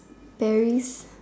Paris